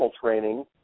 training